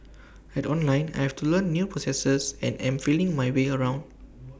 at online I have to learn new processes and am feeling my way around